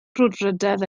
brwdfrydedd